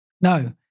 No